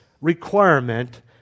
requirement